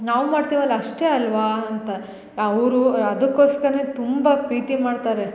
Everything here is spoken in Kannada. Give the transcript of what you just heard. ನಾವು ಮಾಡ್ತೀವಲ್ಲ ಅಷ್ಟೆ ಅಲ್ಲವಾ ಅಂತ ಅವರು ಅದಕೋಸ್ಕರ ತುಂಬ ಪ್ರೀತಿ ಮಾಡ್ತಾರೆ